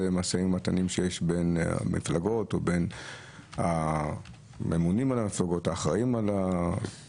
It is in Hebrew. זה במשא ומתן שיש בין המפלגות או בין הממונים על המפלגות האחראים עליהן.